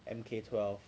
M_K twelve